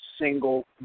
single